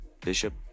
Bishop